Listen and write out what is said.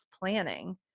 planning